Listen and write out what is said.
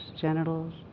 genitals